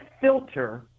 filter